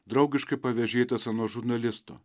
draugiškai pavėžėtas ano žurnalisto